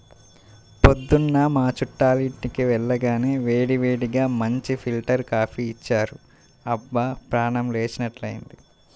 పొద్దున్న మా చుట్టాలింటికి వెళ్లగానే వేడివేడిగా మంచి ఫిల్టర్ కాపీ ఇచ్చారు, అబ్బా ప్రాణం లేచినట్లైంది